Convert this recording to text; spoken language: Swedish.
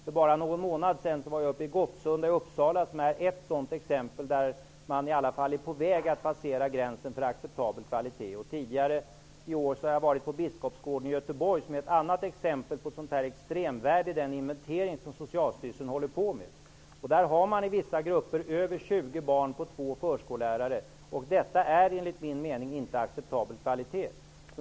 För bara någon månad sedan var jag i Gottsunda i Uppsala, som är ett exempel på att man är på väg att passera gränsen för i alla fall en acceptabel kvalitet. Tidigare i år var jag i Biskopsgården i Göteborg, som är ett annat exempel på extremvärde i den inventering som Socialstyrelsen håller på med. I vissa grupper har man där över 20 barn på två förskollärare. Detta är enligt min mening inte acceptabel kvalitet.